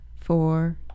four